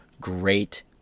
great